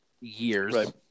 years